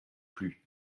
plus